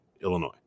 Illinois